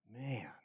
Man